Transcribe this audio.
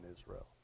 Israel